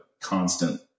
constant